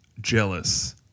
jealous